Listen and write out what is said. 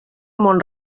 mon